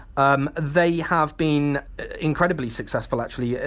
um they have been incredibly successful actually. yeah